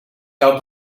cal